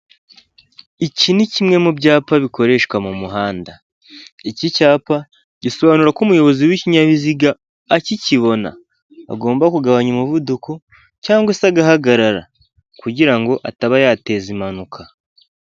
Iki ni kimwe mu byapa bikoreshwa mu muhanda, iki cyapa gisobanura ko umuyobozi w'ikinyabiziga akikibona agomba kugabanya umuvuduko cyangwa se agahagarara kugira ataba yateza impanuka.